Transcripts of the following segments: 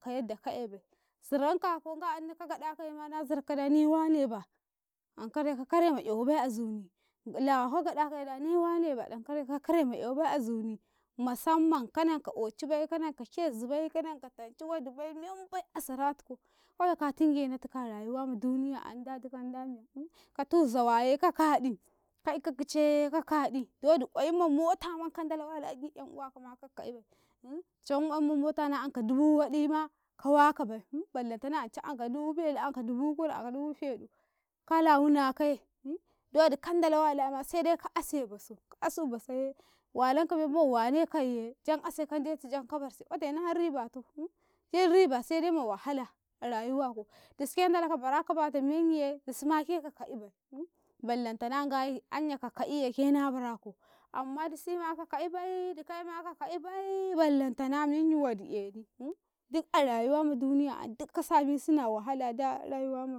﻿Ka Yadda ka ebai ziranka ko nga 'yanda ka gaɗa kaima na zirka da ni waneba ankare ka kare ma 'yawabai azuni lawaka gadakaye da niwane ma dankare ka kare ma yawabai azuni musamman kananka ocibai kananka ke ubai ka nanica tanci wadi bai membaii a sarati ko kawai ka tinge natiko a rayuwa ma duniya an dadikan da miya katu zawaye ka kaɗika ika kice ye kakaɗi do wodi gwayimma mota ma kandala wala agi 'yan uwakama kak ka'ibai cawan gwayimma mota na anka dubu waɗima ka wakabai ballantana ance anka dubu belu, anka dubu unu, anka dubu feɗu, kala wuna kaye dowodi, kandala walama sede ka ase boso kaasu basoye walanka memman wanekaye jan ase ka barsi, ote nai ribato giɗ riba sede ma wahala a rayuwako, dusuke ndala ka baraka batamenyiye, dusumake ka ka'ibai ballantana ngai anya ka ka'iye ke na baraku amma dusima ka ka'ibai dikaima ka ka'ibai ballantana menyi wodiedi duk a rayuwa ma duniya 'yan duk ka sabi sina wahala da ka rayuwa ma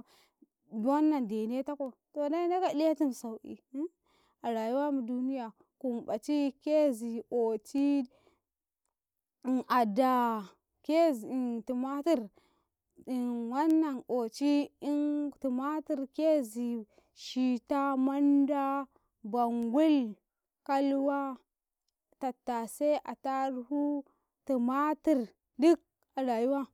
wanna denetako to de ndagei iletum sau'i a rayuwa ma duniya kun baci, kezi oci, ada, kezi, tumatur, in ayam oci, in tumatur kezi, shita, manda, bangul, kalwa, tatase, ata ruhu, tumatur duk a rayuwa tuka.